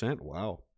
Wow